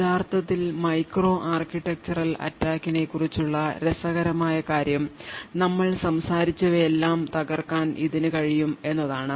യഥാർത്ഥത്തിൽ micro architectural attack നെക്കുറിച്ചുള്ള രസകരമായ കാര്യം നമ്മൾ സംസാരിച്ചവയെല്ലാം തകർക്കാൻ ഇതിന് കഴിയും എന്നതാണ്